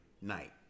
night